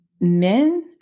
men